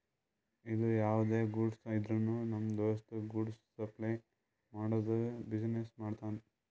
ಅದು ಯಾವ್ದೇ ಗೂಡ್ಸ್ ಇದ್ರುನು ನಮ್ ದೋಸ್ತ ಗೂಡ್ಸ್ ಸಪ್ಲೈ ಮಾಡದು ಬಿಸಿನೆಸ್ ಮಾಡ್ತಾನ್